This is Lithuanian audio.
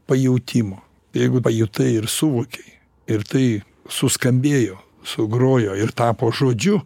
pajautimo jeigu pajutai ir suvokei ir tai suskambėjo sugrojo ir tapo žodžiu